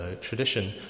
tradition